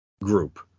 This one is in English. group